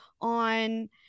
on